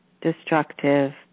destructive